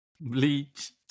bleach